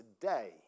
Today